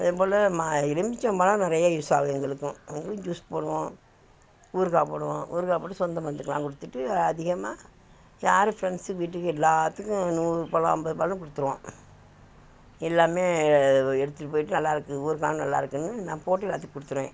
அதேபோல் எலுமிச்சைம்பழம் நிறைய யூஸ் ஆகுது எங்களுக்கும் எங்களுக்கும் ஜூஸ் போடுவோம் ஊறுகா போடுவோம் ஊறுகா போட்டு சொந்தபந்தத்துக்குலாம் கொடுத்துட்டு அதிகமாய் யார் ஃப்ரெண்ட்ஸ் வீட்டுக்கு எல்லோத்துக்கும் நூறு பழம் ஐம்பது பழம் கொடுத்துருவோம் எல்லாம் எடுத்துட்டு போயிட்டு நல்லாருக்கு ஊறுகாவும் நல்லா இருக்குதுனு நான் போட்டு எல்லோத்துக்கும் கொடுத்துருவேன்